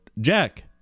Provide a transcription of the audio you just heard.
Jack